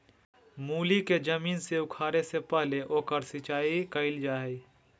मूली के जमीन से उखाड़े से पहले ओकर सिंचाई कईल जा हइ